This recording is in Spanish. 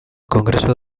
congreso